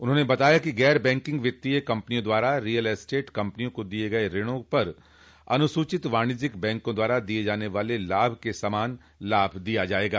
उन्होंने बताया कि गैर बैंकिंग वित्तीय कंपनियों द्वारा रियल एस्टेट कंपनियों को दिये गये ऋणों पर अनुसूचित वाणिज्यिक बैंकों द्वारा दिये जाने वाले लाभ के समान लाभ दिया जायेगा